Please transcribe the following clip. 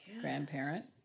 grandparent